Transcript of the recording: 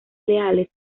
leales